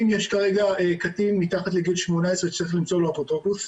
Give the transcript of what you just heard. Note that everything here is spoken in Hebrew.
אם יש כרגע קטין מתחת לגיל 18 צריך למצוא לו אפוטרופוס,